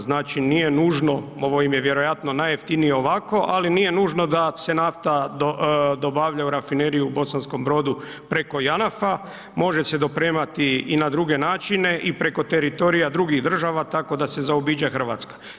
Znači, nije nužno, ovo im je vjerojatno najjeftinije ovako, ali nije nužno da se nafta dobavlja u rafineriju u Bosanskom Brodu preko JANAF-a, može se dopremati i na druge načine i preko teritorija drugih država, tako da se zaobiđe RH.